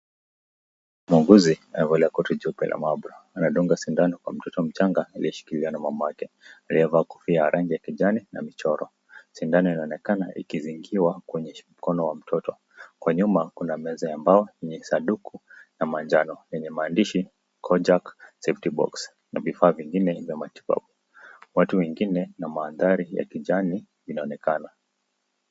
Muuguzi, amevalia koti jeupe la mahabara. Anadunga sindano kwa mtoto mchanga, aliyeshikiliwa na mamake aliyevaa kofia ya rangi kijani, na michoro. Sindano inaonekana ikizingiwa kwenye mkono wa mtoto. Kwa nyuma, kuna meza ya mbao yenye sanduku ya majano. Yenye maandishi, KOJAK SAFETY BOX, na vifaa vingine vya matibabu. Watu wengine na mandhari ya kijani vinaonekana.